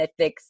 Netflix